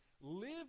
Live